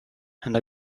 and